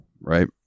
right